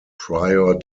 prior